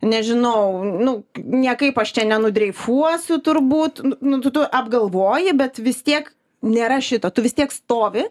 nežinau nu niekaip aš čia ne nudreifuosiu turbūt nu nu tu apgalvoji bet vis tiek nėra šito tu vis tiek stovi